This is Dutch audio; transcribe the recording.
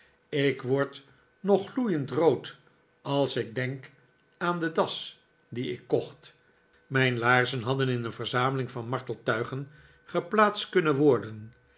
ik word nog gloeiend rood als ik denk aan de das die ik kocht mijn laarzen hadden in een verzameling van marteltuigen geplaatst kunnen worden